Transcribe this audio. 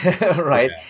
right